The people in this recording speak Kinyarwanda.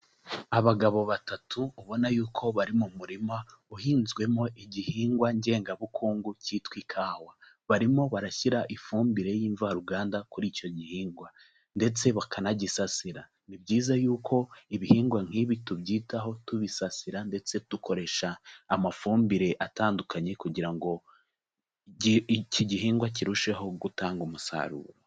Abagabo batatu ubona yuko bari mu murima uhinzwemo igihingwa ngengabukungu cyitwa ikawa. Barimo barashyira ifumbire y'imvaruganda kuri icyo gihingwa ndetse bakanagisasira. Ni byiza yuko ibihingwa nk'ibi tubyitaho tubisasira ndetse dukoresha amafumbire atandukanye kugira ngo iki gihingwa kirusheho gutanga umusaruro.